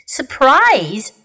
Surprise